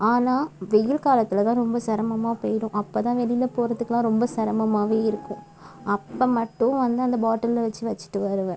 ஆனால் வெயில் காலத்தில் தான் ரொம்ப சிரமமா போய்டும் அப்போ தான் வெளியில போகிறதுக்குலாம் ரொம்ப சிரமமாவே இருக்கும் அப்போ மட்டும் வந்து அந்த பாட்டில்ல வச்சு வச்சுட்டு வருவேன்